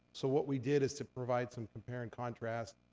so what we did is to provide some compare and contrast,